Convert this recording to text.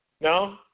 No